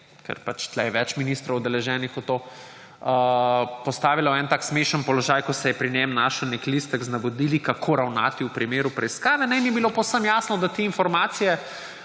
ker pač tukaj je več ministrov udeleženih v to, postavilo v en tak smešen položaj, ko se je pri njem našel nek listek z navodili, kako ravnati v primeru preiskave. In je bilo povsem jasno, da te informacije